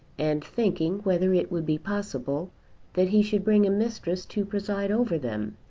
and thinking whether it would be possible that he should bring a mistress to preside over them.